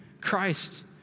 Christ